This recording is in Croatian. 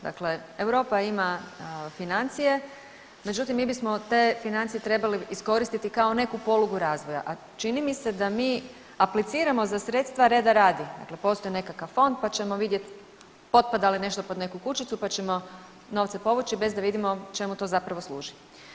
Dakle, Europa ima financije, međutim mi bismo te financije trebali iskoristiti kao neku polugu razvoja, a čini mi se da mi apliciramo za sredstva reda radi, da postoji nekakav fond, pa ćemo vidjeti potpada li nešto pod neku kućicu, pa ćemo novce povući bez da vidimo čemu to zapravo služi.